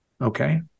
Okay